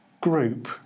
group